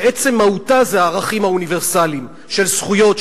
שעצם מהותה זה הערכים האוניברסליים של זכויות,